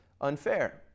unfair